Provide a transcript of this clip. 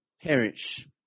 perish